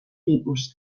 tipus